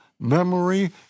memory